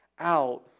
out